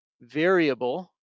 variable